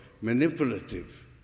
manipulative